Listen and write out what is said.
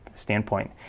standpoint